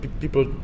people